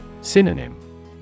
Synonym